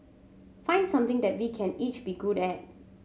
find something that we can each be good at